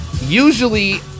usually